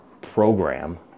program